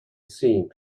scene